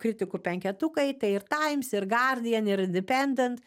kritikų penketukai tai ir times ir gardien ir independant